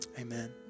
Amen